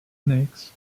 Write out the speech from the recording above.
snakes